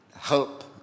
help